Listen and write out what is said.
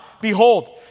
Behold